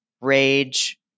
rage